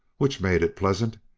which made it pleasant,